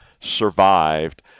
survived